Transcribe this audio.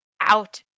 out